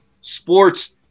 sports